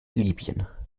libyen